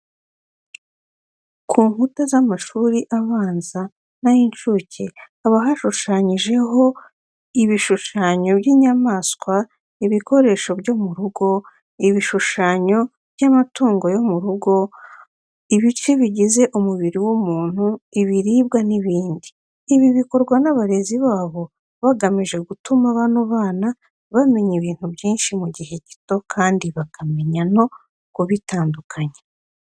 Ku nkuta z'amashuri abanza n'ay'incuke haba hashushanyijeho ibishushanyo by'inyamaswa, ibikoresho byo mu rugo, ibishushanyo by'amatungo yo mu rugo, ibice bigize umubiri w'umuntu, ibiribwa n'ibindi. Ibi bikorwa n'abarezi babo bagamije gutuma bano bana bamenya ibintu byinshi mu gihe gito kandi bakamenya no kubitandukanya.